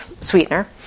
sweetener